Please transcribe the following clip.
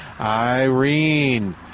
Irene